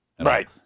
Right